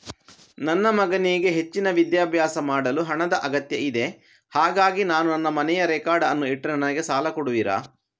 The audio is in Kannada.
ನನ್ನ ಮಗನಿಗೆ ಹೆಚ್ಚಿನ ವಿದ್ಯಾಭ್ಯಾಸ ಮಾಡಲು ಹಣದ ಅಗತ್ಯ ಇದೆ ಹಾಗಾಗಿ ನಾನು ನನ್ನ ಮನೆಯ ರೆಕಾರ್ಡ್ಸ್ ಅನ್ನು ಇಟ್ರೆ ನನಗೆ ಸಾಲ ಕೊಡುವಿರಾ?